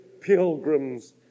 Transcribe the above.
pilgrims